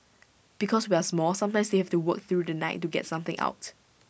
because we are small sometimes they have to work through the night to get something out